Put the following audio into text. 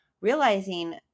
realizing